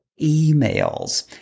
emails